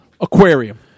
aquarium